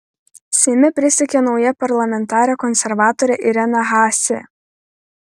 seime prisiekė nauja parlamentarė konservatorė irena haase